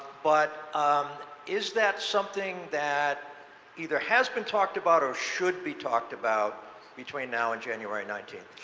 but um is that something that either has been talked about or should be talked about between now and january nineteen?